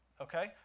Okay